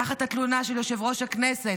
תחת התלונה של יושב-ראש הכנסת,